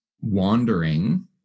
wandering